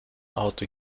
auto